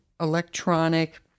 electronic